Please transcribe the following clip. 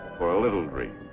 for a little